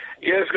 Yes